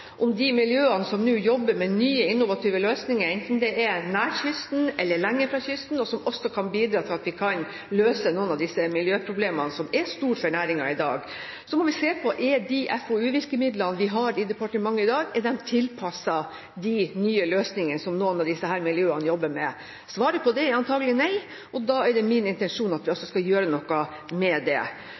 om de miljøene som nå jobber med nye innovative løsninger, enten det er nær kysten eller lenger fra kysten, også kan bidra til at vi kan løse noen av disse miljøproblemene, som er store for næringen i dag. Så må vi se på om de FoU-virkemidlene vi har i departementet i dag, er tilpasset de nye løsningene som noen av disse miljøene jobber med. Svaret på det er antakelig nei, og da er det min intensjon at vi også skal gjøre noe med det.